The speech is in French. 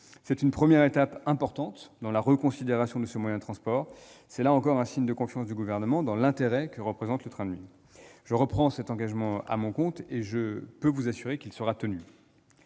C'est une première étape importante dans la reconsidération de ce moyen de transport et, là encore, un signe de la confiance du Gouvernement dans l'intérêt que représente le train de nuit. Je reprends cet engagement à mon compte, et je peux vous assurer qu'il sera tenu.